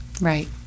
Right